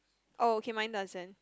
oh okay mine doesn't